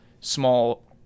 small